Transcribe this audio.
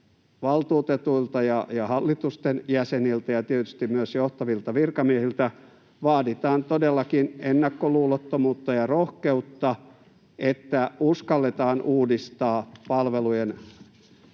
valtuutetuilta ja hallitusten jäseniltä ja tietysti myös johtavilta virkamiehiltä vaaditaan todellakin ennakkoluulottomuutta ja rohkeutta, että uskalletaan uudistaa palvelujen